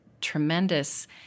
tremendous